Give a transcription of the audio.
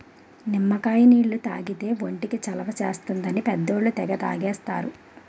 నిమ్మకాయ నీళ్లు తాగితే ఒంటికి చలవ చేస్తుందని పెద్దోళ్ళు తెగ తాగేస్తారు